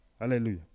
hallelujah